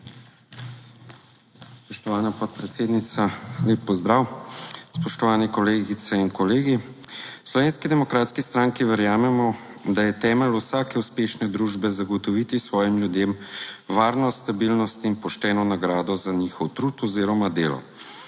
Spoštovana podpredsednica, lep pozdrav. Spoštovane kolegice in kolegi. V Slovenski demokratski stranki verjamemo, da je temelj vsake uspešne družbe zagotoviti svojim ljudem varnost, stabilnost in pošteno nagrado za njihov trud oziroma delo.